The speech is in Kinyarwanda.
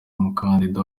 umukandida